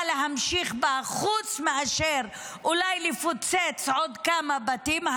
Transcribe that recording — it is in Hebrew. להמשיך בה חוץ מאשר אולי לפוצץ עוד כמה בתים,